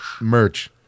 Merch